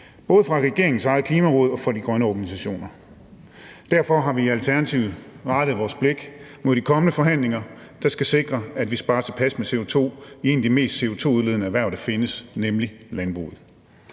både regeringens eget Klimaråd og de grønne organisationer Derfor har vi i Alternativet rettet vores blik mod de kommende forhandlinger, der skal sikre, at vi sparer tilpas med CO2 i et af de mest CO2-udledende erhverv, der findes, nemlig landbruget.